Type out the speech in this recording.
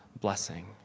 blessing